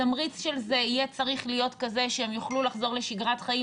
התמריץ יהיה צריך להיות כזה שהם יוכלו לחזור לשגרת חיים,